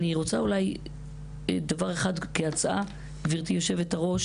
אני רוצה אולי דבר אחד כהצעה, גברתי היושבת-ראש.